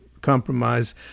compromise